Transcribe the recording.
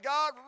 God